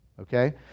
Okay